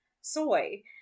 soy